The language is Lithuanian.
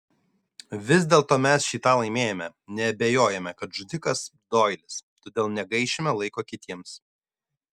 vis dėlto mes šį tą laimėjome nebeabejojame kad žudikas doilis todėl negaišime laiko kitiems